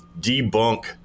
debunk